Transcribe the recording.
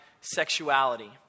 sexuality